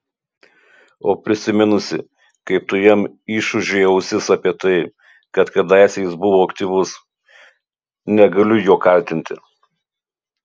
o prisiminusi kaip tu jam išūžei ausis apie tai kad kadaise jis buvo aktyvus negaliu jo kaltinti